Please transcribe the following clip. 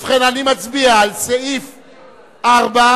ובכן, אני מצביע על סעיף 4,